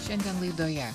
šiandien laidoje